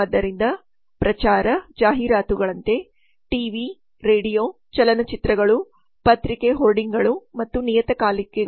ಆದ್ದರಿಂದ ಪ್ರಚಾರ ಜಾಹೀರಾತುಗಳಂತೆ ಟಿವಿ ರೇಡಿಯೋ ಚಲನಚಿತ್ರಗಳು ಪತ್ರಿಕೆ ಹೋರ್ಡಿಂಗ್ಗಳು ಮತ್ತು ನಿಯತಕಾಲಿಕೆಗಳು